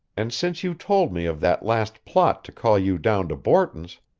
and since you told me of that last plot to call you down to borton's,